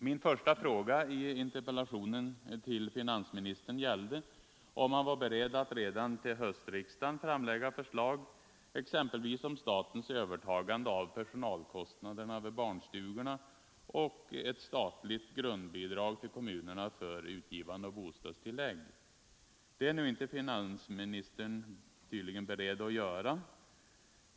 Min första fråga i interpellationen till finansministern gällde om han var beredd att redan till höstriksdagen framlägga förslag exempelvis om statens övertagande av personalkostnaderna vid barnstugorna och ett statligt grundbidrag till kommunerna för utgivande av bostadstillägg. Det är nu finansministern tydligen inte beredd att göra.